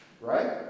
Right